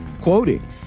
Quoting